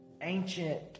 ancient